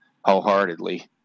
wholeheartedly